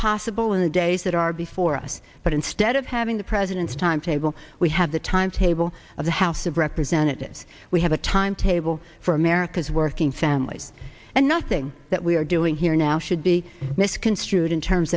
possible in the days that are before us but instead of having the president's timetable we have the timetable of the house of representatives we have a timetable for america's working families and nothing that we are doing here now should be misconstrued in terms